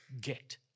get